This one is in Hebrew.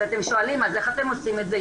ואתם שואלים איך אתם עושים את זה?